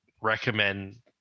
Recommend